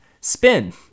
spin